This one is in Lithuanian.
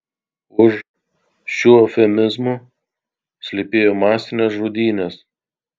už šių eufemizmų slypėjo masinės žudynės